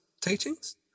teachings